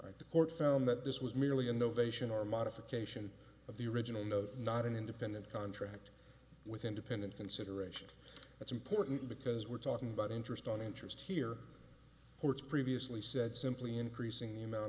existed the court found that this was merely innovation or modification of the original no not an independent contract with independent consideration that's important because we're talking about interest on interest here which previously said simply increasing the amount